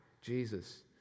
Jesus